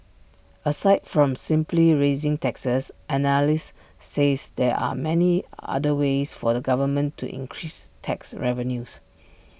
aside from simply raising taxes analysts said there are many other ways for the government to increase tax revenues